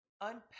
unpack